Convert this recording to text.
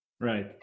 Right